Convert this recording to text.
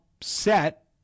set